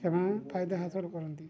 ସେମାନେ ଫାଇଦା ହାସଲ୍ କରନ୍ତି